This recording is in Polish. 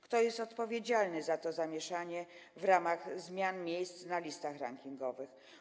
Kto jest odpowiedzialny za to zamieszanie dotyczące zmian miejsc na listach rankingowych?